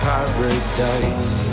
Paradise